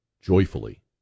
joyfully